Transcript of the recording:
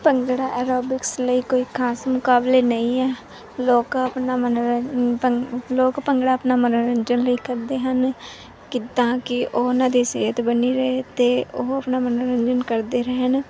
bhangra aerobics ਲਈ ਕੋਈ ਖਾਸ ਮੁਕਾਬਲੇ ਨਹੀਂ ਹੈ ਲੋਕ ਆਪਣਾ ਮਨੋਰੰ ਭੰਗੜਾ ਲੋਕ ਭੰਗੜਾ ਆਪਣਾ ਮਨੋਰੰਜਨ ਲਈ ਕਰਦੇ ਹਨ ਜਿੱਦਾਂ ਕਿ ਉਹਨਾਂ ਦੀ ਸਿਹਤ ਬਣੀ ਰਹੇ ਅਤੇ ਉਹ ਆਪਣਾ ਮਨੋਰੰਜਨ ਕਰਦੇ ਰਹਿਣ